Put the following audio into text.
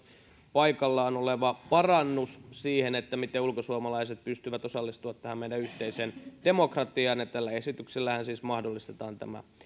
paikallaan oleva parannus siihen miten ulkosuomalaiset pystyvät osallistumaan tähän meidän yhteiseen demokratiaamme tällä esityksellähän siis mahdollistetaan tämä